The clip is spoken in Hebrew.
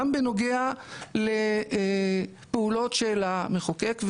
גם בנוגע לפעולות של המחוקק,